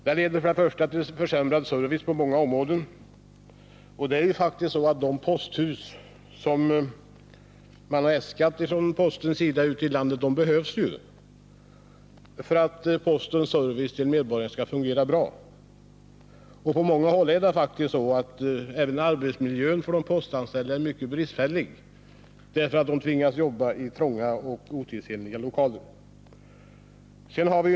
Det leder först och främst till försämrad service på många områden. De nya posthus som man från postens sida har begärt att få bygga ute i landet behövs faktiskt för att postens service till människorna skall fungera bra. På många håll är nämligen arbetsmiljön för de postanställda mycket bristfällig. De tvingas jobba i trånga och otidsenliga lokaler.